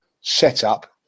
setup